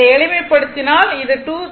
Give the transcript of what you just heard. எளிமைப்படுத்தினால் இது 3